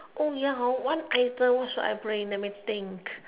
oh ya hor one item what should I bring let me think